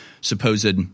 supposed